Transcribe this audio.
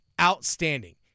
outstanding